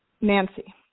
Nancy